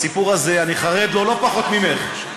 הסיפור הזה, אני חרד לו לא פחות ממך.